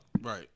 Right